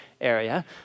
area